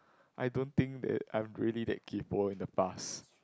I don't think that I'm really that kaypoh in the past